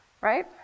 right